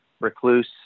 recluse